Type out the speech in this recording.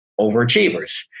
overachievers